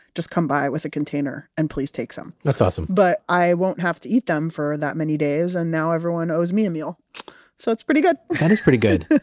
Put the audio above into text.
just come by with a container and please take some. that's awesome but i won't have to eat them for that many days, and now everyone owes me a meal so it's pretty good that is pretty good.